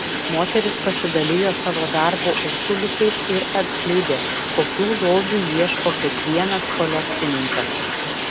moteris pasidalijo savo darbo užkulisiais ir atskleidė kokių lobių ieško kiekvienas kolekcininkas